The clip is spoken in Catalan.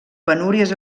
penúries